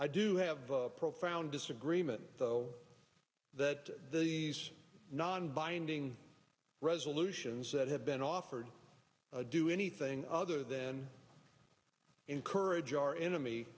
i do have a profound disagreement though that non binding resolutions that have been offered do anything other than encourage our enemy